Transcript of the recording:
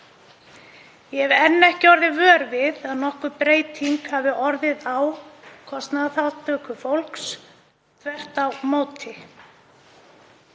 Ég hef enn ekki orðið vör við að nokkur breyting hafi orðið á kostnaðarþátttöku fólks, þvert á móti.